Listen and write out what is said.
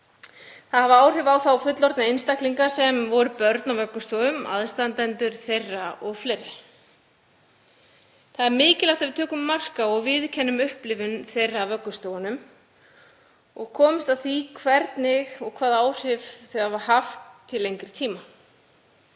Það hafði áhrif á þá fullorðnu einstaklinga sem voru börn á vöggustofum, aðstandendur þeirra og fleiri. Það er mikilvægt að við tökum mark á og viðurkennum upplifun þeirra sem voru á vöggustofunum og komumst að því hvernig og hvaða áhrif það hefur haft til lengri tíma.